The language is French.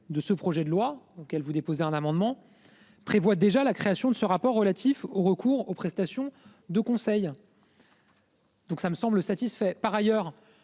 de ce projet de loi auquel vous déposer un amendement. Prévoit déjà la création de ce rapport relatif au recours aux prestations de conseil.-- Donc ça me semble satisfait par ailleurs